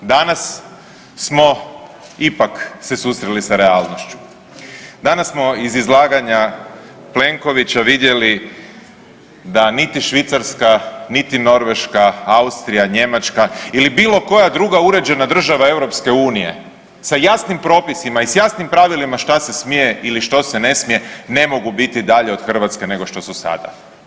Danas smo ipak se susreli sa realnošću, danas smo iz izlaganja Plenkovića vidjeli da niti Švicarska, niti Norveška, Austrija, Njemačka ili bilo koja druga uređena država EU sa jasnim propisima i s jasnim pravilima šta se smije ili što se ne smije ne mogu biti dalje od Hrvatske nego što su sada.